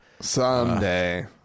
Someday